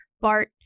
BART